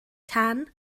tan